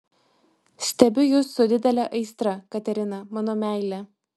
stebiu jus su didele aistra katerina mano meile